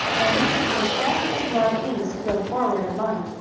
ernest was just as well pleased to go forward alone,